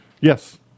Yes